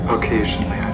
Occasionally